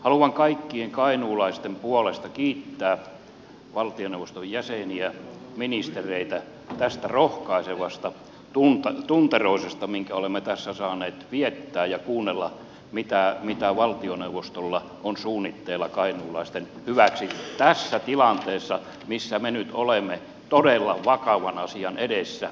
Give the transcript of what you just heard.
haluan kaikkien kainuulaisten puolesta kiittää valtioneuvoston jäseniä ministereitä tästä rohkaisevasta tunteroisesta minkä olemme tässä saaneet viettää ja kuunnella mitä valtioneuvostolla on suunnitteilla kainuulaisten hyväksi tässä tilanteessa missä me nyt olemme todella vakavan asian edessä